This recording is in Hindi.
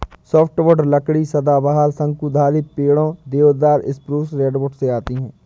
सॉफ्टवुड लकड़ी सदाबहार, शंकुधारी पेड़ों, देवदार, स्प्रूस, रेडवुड से आती है